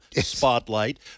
spotlight